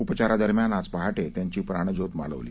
उपचारादरम्यान आज पहाटे त्यांची प्राणज्योत मालवली